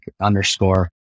underscore